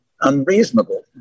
unreasonable